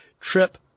trip